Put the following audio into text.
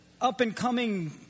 up-and-coming